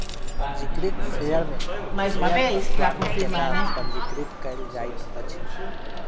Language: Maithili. पंजीकृत शेयर में शेयरक स्वामी के नाम पंजीकृत कयल जाइत अछि